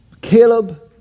Caleb